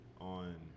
on